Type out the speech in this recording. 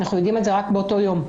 אנחנו יודעים את זה רק באותו יום.